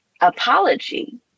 apology